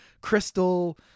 crystal